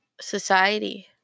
society